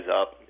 up